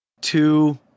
two